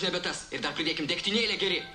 nebe tas ir dar pridėkim degtinėlę geri